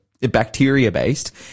bacteria-based